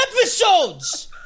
episodes